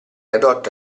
adotta